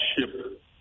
ship